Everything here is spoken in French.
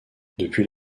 depuis